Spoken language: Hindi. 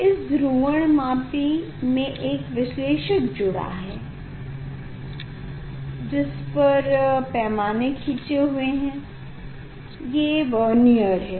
इस ध्रुवणमापी में यह विश्लेषक जुड़ा हुआ है जिसपर पैमाने खींचे हुए हैं ये वर्नियर है